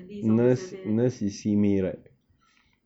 this those or that